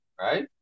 Right